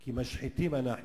כי משחיתים אנחנו